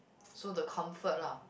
so the comfort lah